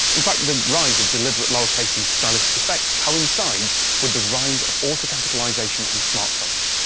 in fact, the rise of deliberate lowercasing for stylistic effect coincides with the rise of autocapitalization on smartphones.